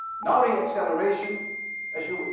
now the acceleration as you